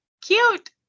Cute